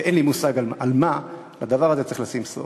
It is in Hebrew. ואין לי מושג על מה, לדבר הזה צריך לשים סוף.